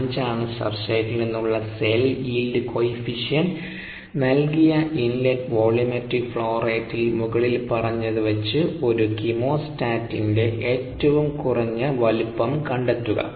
5 ആണ് സബ്സ്ട്രേറ്റിൽനിന്നുള്ള cell yield coefficient നൽകിയ ഇൻലെറ്റ് വോള്യൂമെട്രിക് ഫ്ലോ റേറ്റിൽ മുകളിൽ പറഞ്ഞവ വച്ച് ഒരു കീമോസ്റ്റാറ്റിന്റെ ഏറ്റവും കുറഞ്ഞ വലുപ്പം കണ്ടെത്തുക